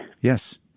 Yes